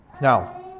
Now